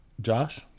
Josh